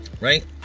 right